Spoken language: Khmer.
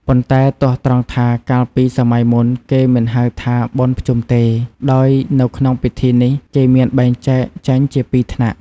ប៉ុន្តែទាស់ត្រង់ថា កាលពីសម័យមុនគេមិនហៅថា បុណ្យភ្ជុំទេ ដោយនៅក្នុងពិធីនេះគេមានបែងចែកចេញជាពីរថ្នាក់។